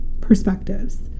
perspectives